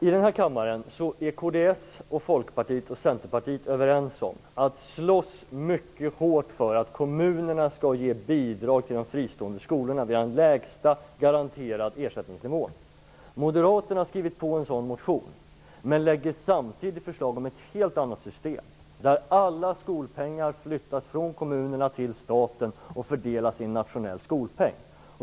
I den här kammaren är kds, Folkpartiet och Centerpartiet överens om att slåss mycket hårt för att kommunerna skall ge bidrag till de fristående skolorna. Vi har en lägsta garanterad ersättningsnivå. Moderaterna har ställt sig bakom en motion om detta men lägger samtidigt fram förslag om ett helt annat system, som innebär att alla skolpengar flyttas från kommunerna till staten och fördelas i en nationell skolpeng.